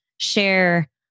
share